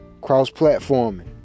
Cross-platforming